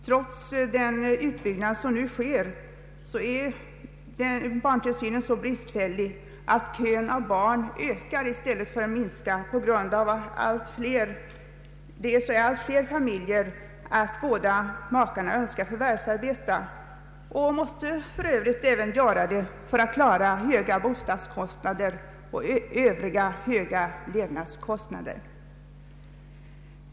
Trots den utbyggnad som nu sker är barntillsynen så bristfälligt organiserad att kön av barn ökar i stället för minskar, vilket beror på att båda makarna i allt fler familjer önskar förvärvsarbeta och för övrigt är tvungna att göra så för att klara av bostadskostnader och andra höga levnadskostnader.